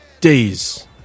Days